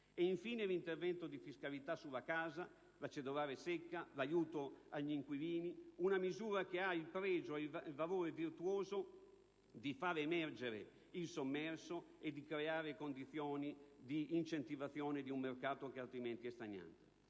un intervento di fiscalità sulla casa, con la cedolare secca e l'aiuto agli inquilini, una misura che ha il valore virtuoso di far emergere il sommerso e di creare le condizioni di incentivazione di un mercato altrimenti stagnante.